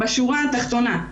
בשורה התחתונה,